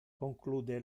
conclude